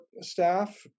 staff